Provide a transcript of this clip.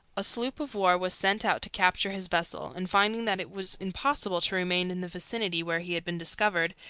a sloop of war was sent out to capture his vessel, and finding that it was impossible to remain in the vicinity where he had been discovered,